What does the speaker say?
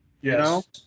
Yes